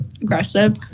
Aggressive